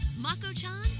Mako-chan